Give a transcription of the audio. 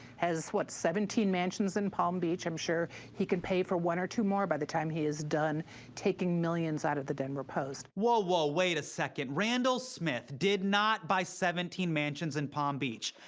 has, what, seventeen mansions in palm beach. i'm sure he can pay for one or two more by the time he is done taking millions out of the denver post. whoa, wait a second. randall randall smith did not buy seventeen mansions in palm beach.